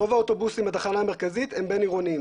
רוב האוטובוסים מהתחנה המרכזית הם בין עירוניים.